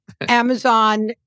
Amazon